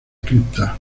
cripta